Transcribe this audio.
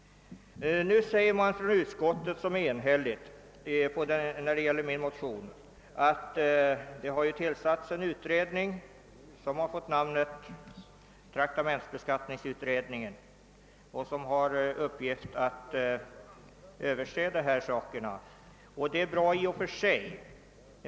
Det enhälliga utskottet framhåller med anledning av min motion, att det tillsatts en utredning som fått namnet traktamentsbeskattningsutredningen, vilken har till uppgift att se över dessa saker. Detta är mycket bra i och för sig.